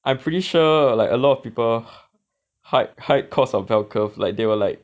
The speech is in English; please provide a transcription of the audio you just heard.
I'm pretty sure like a lot of people hide hide cause of bell curve like they were like